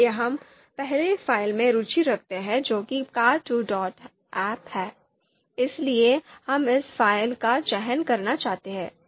इसलिए हम पहले फ़ाइल में रुचि रखते हैं जो कि car2ahp है इसलिए हम इस फ़ाइल का चयन करना चाहते हैं